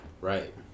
Right